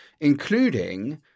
including